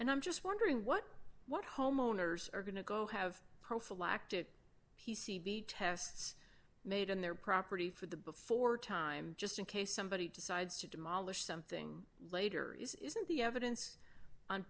and i'm just wondering what what homeowners are going to go have prophylactic p c b tests made on their property for the before time just in case somebody decides to demolish something later isn't the evidence on